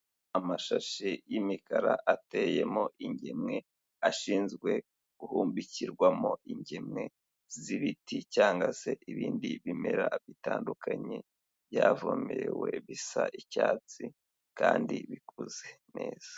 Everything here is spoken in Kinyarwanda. Amashashi y'imikara ateyemo ingemwe ashinzwe guhumbikirwamo ingemwe z'ibiti cyangwa se ibindi bimera bitandukanye byavomerewe bisa icyatsi kandi bikuze neza.